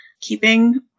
keeping